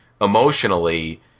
emotionally